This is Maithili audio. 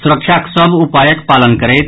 सुरक्षाक सभ उपायक पालन करैथ